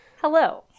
Hello